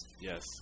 yes